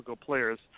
players